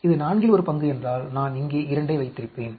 இது நான்கில் ஒரு பங்கு என்றால் நான் இங்கே 2 ஐ வைத்திருப்பேன்